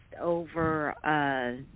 over